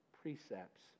precepts